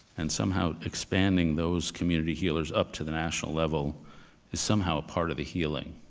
and somehow expanding those community-healers up to the national level is somehow a part of the healing.